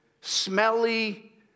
smelly